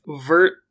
Vert